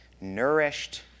nourished